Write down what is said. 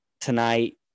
tonight